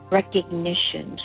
recognition